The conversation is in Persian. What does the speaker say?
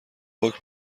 حکم